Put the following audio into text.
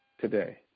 today